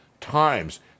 times